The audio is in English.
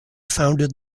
founded